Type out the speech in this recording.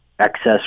excess